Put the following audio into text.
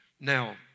Now